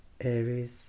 Aries